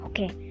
Okay